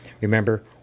Remember